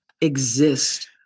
exist